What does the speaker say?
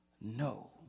No